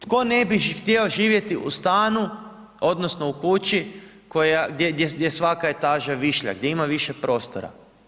Tko ne bi htio živjeti u stanu, odnosno, u kući, gdje svaka etaža je višlja, gdje ima više prostora?